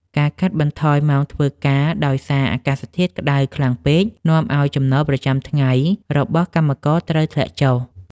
ការកាត់បន្ថយម៉ោងធ្វើការដោយសារអាកាសធាតុក្ដៅខ្លាំងពេក នាំឱ្យចំណូលប្រចាំថ្ងៃរបស់កម្មករត្រូវធ្លាក់ចុះ។